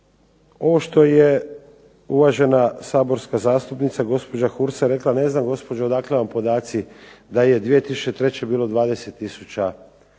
Ovo što je uvažena saborska zastupnica gospođa Hursa rekla ne znam gospođo odakle vam podaci da je 2003. bilo 20000 mirovina.